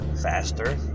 faster